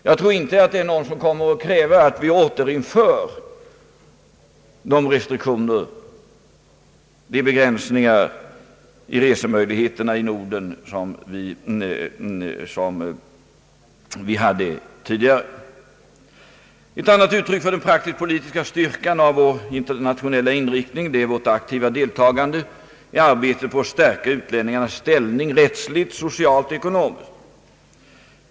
Jag tror inte att någon kommer att kräva ett återinförande av de restriktioner och begränsningar i resemöjligheterna inom Norden som vi hade tidigare. Ett annat uttryck för den praktiskt politiska styrkan av vår internationella inriktning är vårt aktiva deltagande i arbetet på att stärka utlänningarnas ställning — rättsligt, socialt och ekonomiskt.